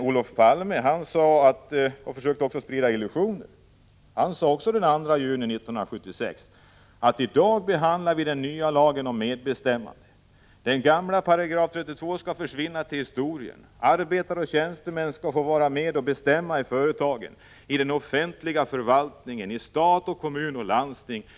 Olof Palme försökte sprida illusioner och sade den 2 juni 1976: ”I dag behandlar vi den nya lagen om medbestämmande. Den gamla § 32 skall försvinna till historien. Arbetare och tjänstemän skall få vara med och bestämma i företagen, i den offentliga förvaltningen, i stat, kommun och landsting.